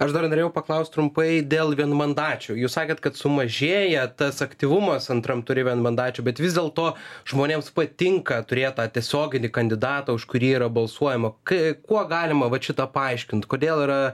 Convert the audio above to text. aš dar norėjau paklaust trumpai dėl vienmandačių jūs sakėt kad sumažėja tas aktyvumas antram ture vienmandačių bet vis dėlto žmonėms patinka turėt tą tiesioginį kandidatą už kurį yra balsuojama kai kuo galima vat šitą paaiškint kodėl yra